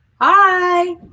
Hi